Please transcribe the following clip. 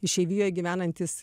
išeivijoj gyvenantis